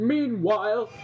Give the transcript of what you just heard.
Meanwhile